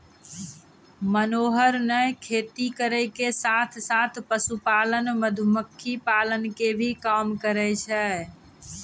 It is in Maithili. मनोहर नॅ खेती करै के साथॅ साथॅ, पशुपालन, मधुमक्खी पालन के भी काम करै छै